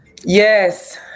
Yes